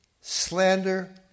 slander